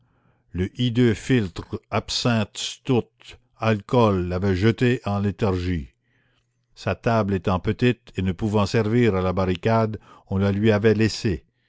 le hideux philtre absinthe stout alcool l'avait jeté en léthargie sa table étant petite et ne pouvant servir à la barricade on la lui avait laissée